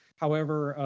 however,